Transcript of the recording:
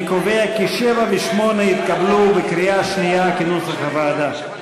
אני קובע כי סעיפים 7 ו-8 התקבלו בקריאה שנייה כנוסח הוועדה.